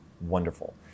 wonderful